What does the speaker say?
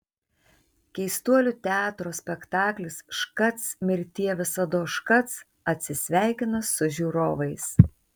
keistuolių teatro spektaklis škac mirtie visados škac atsisveikina su žiūrovais